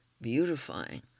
Beautifying